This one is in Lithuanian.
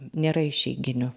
nėra išeiginių